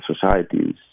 societies